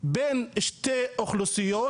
בין שתי אוכלוסיות